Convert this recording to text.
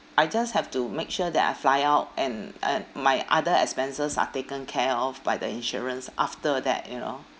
I just have to make sure that I fly out and uh my other expenses are taken care of by the insurance after that you know